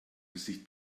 gesicht